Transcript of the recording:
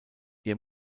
ihr